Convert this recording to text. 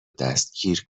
دستگیر